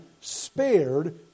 spared